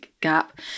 gap